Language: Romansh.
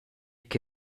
che